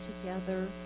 together